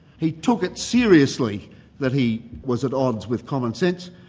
he took it seriously that he was at odds with commonsense,